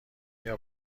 بیا